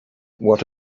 what